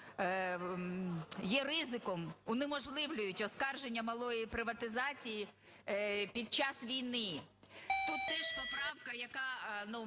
є ризиком, унеможливлюють оскарження малої приватизації під час війни.